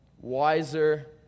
wiser